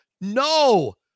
no